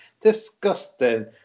Disgusting